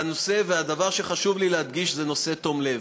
והנושא, הדבר שחשוב לי להדגיש זה נושא תום הלב.